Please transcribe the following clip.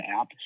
app